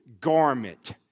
garment